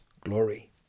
glory